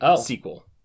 sequel